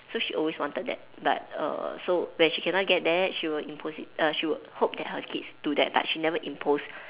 so she always wanted that but err so when she cannot get that she will impose it err she will hope that her kids do that but she never impose